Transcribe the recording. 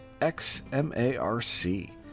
X-M-A-R-C